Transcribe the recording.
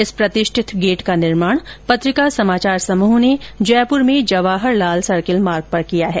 इस प्रतिष्ठित गेट का निर्माण पत्रिका समाचार समूह ने जयपूर में जवाहर लाल सर्किल मार्ग पर किया है